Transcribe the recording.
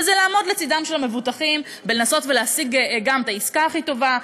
וזה לעמוד לצדם של המבוטחים בניסיון להשיג גם את העסקה הכי טובה,